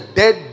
dead